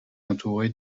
entouré